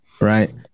Right